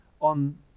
on